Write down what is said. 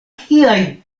kiaj